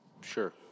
Sure